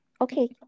okay